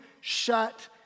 shut